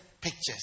pictures